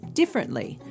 differently